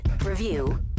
review